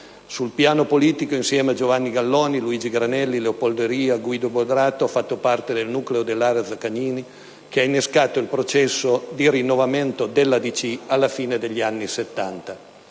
Sul piano politico, insieme a Giovanni Galloni, Luigi Granelli, Leopoldo Elia, Guido Bodrato ha fatto parte del nucleo dell'area Zaccagnini che ha innescato il processo di rinnovamento della DC alla fine degli anni Settanta.